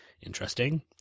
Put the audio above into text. Interesting